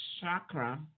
chakra